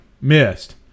Missed